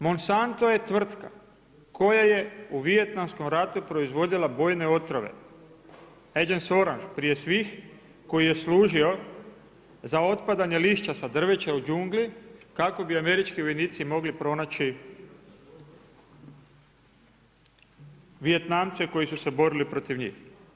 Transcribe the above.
Monsanto je tvrtka koja je u Vijetnamskom ratu proizvodila bojne otrove … prije svih koji je služio za otpadanje lišća sa drveća u džungli kako bi američki vojnici mogli pronaći Vijetnamce koji su se borili protiv njih.